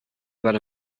about